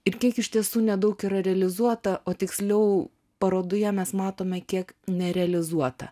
ir kiek iš tiesų nedaug yra realizuota o tiksliau parodoje mes matome kiek nerealizuota